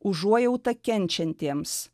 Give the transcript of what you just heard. užuojauta kenčiantiems